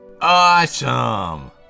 Awesome